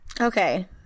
Okay